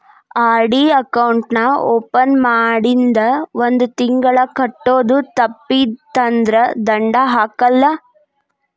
RD account ನಾ open ಮಾಡಿಂದ ಒಂದ್ ತಿಂಗಳ ಕಟ್ಟೋದು ತಪ್ಪಿತಂದ್ರ ದಂಡಾ ಹಾಕಲ್ಲ